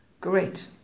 Great